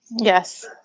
Yes